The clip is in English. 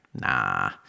Nah